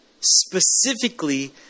Specifically